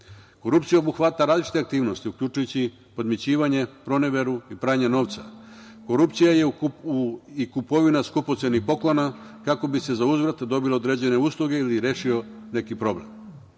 Korupcija obuhvata različite aktivnosti, uključujući podmićivanje, proneveru i pranje novca. Korupcija je i kupovina skupocenih poklona, kako bi se zauzvrat dobile određene usluge ili rešio neki problem. Da